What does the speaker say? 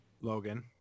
Logan